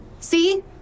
see